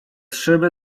szyby